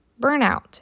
Burnout